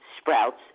sprouts